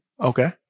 Okay